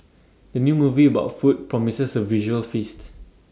the new movie about food promises A visual feast